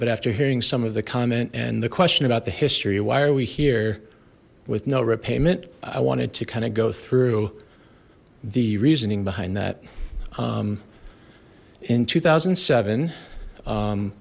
but after hearing some of the comment and the question about the history why are we here with no repayment i wanted to kind of go through the reasoning behind that in two thousand and seven